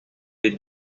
les